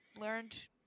learned